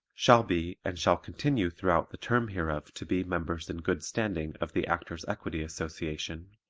shall be and shall continue throughout the term hereof to be members in good standing of the actors' equity association,